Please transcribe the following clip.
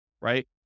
right